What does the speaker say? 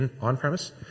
on-premise